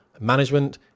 Management